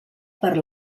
per